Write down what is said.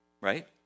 right